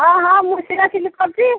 ହଁ ହଁ ମୁଁ ସିଲାସିଲି କରୁଛି